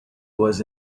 was